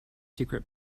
secret